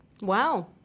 Wow